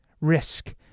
Risk